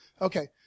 Okay